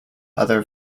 other